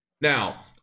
Now